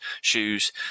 shoes